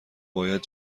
باید